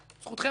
זכותם המלאה.